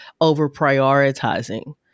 over-prioritizing